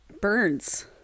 burns